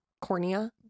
cornea